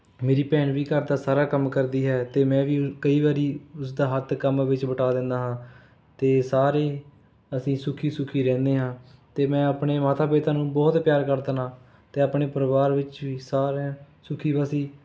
ਮੇਰੀ ਭੈਣ ਵੀ ਘਰ ਦਾ ਸਾਰਾ ਕੰਮ ਕਰਦੀ ਹੈ ਅਤੇ ਮੈਂ ਵੀ ਕਈ ਵਾਰੀ ਉਸਦਾ ਹੱਥ ਕੰਮ ਵਿੱਚ ਵਟਾ ਦਿੰਦਾ ਹਾਂ ਅਤੇ ਸਾਰੇ ਅਸੀਂ ਸੁਖੀ ਸੁਖੀ ਰਹਿੰਦੇ ਹਾਂ ਅਤੇ ਮੈਂ ਆਪਣੇ ਮਾਤਾ ਪਿਤਾ ਨੂੰ ਬਹੁਤ ਪਿਆਰ ਕਰਦਾ ਹਾਂ ਅਤੇ ਆਪਣੇ ਪਰਿਵਾਰ ਵਿੱਚ ਵੀ ਸਾਰਿਆ ਸੁਖੀ ਵਸੀ